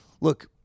look